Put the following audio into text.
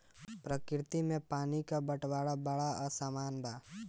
प्रकृति में पानी क बंटवारा बड़ा असमान बा